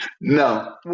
No